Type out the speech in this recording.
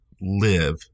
live